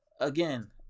Again